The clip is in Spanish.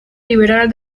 liberar